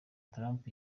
trump